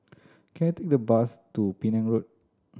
can I take a bus to Penang Road